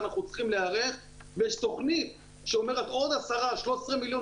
אנחנו צריכים להיערך ויש תוכנית שאומרת עוד 13-10 מיליון